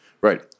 Right